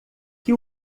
que